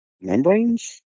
membranes